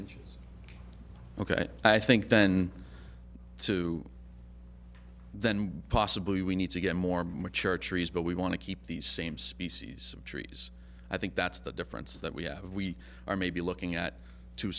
inches ok i think then two then possibly we need to get more mature trees but we want to keep the same species of trees i think that's the difference that we have we are maybe looking at t